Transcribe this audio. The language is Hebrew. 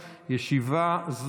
16:00.